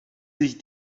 sich